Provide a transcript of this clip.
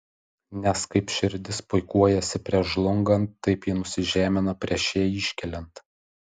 nes kaip širdis puikuojasi prieš žlungant taip ji nusižemina prieš ją iškeliant